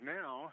now